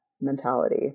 mentality